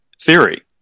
theory